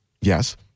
Yes